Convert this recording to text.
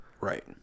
right